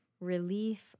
relief